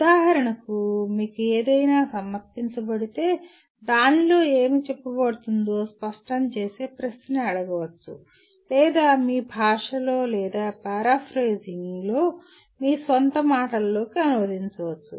ఉదాహరణకు మీకు ఏదైనా సమర్పించబడితే దానిలో ఏమి చెప్పబడుతుందో స్పష్టం చేసే ప్రశ్న అడగవచ్చు లేదా మీ భాషలో లేదా పారాఫ్రేస్లో మీ స్వంత మాటలలోకి అనువదించవచ్చు